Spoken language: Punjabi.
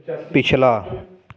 ਪਿਛਲਾ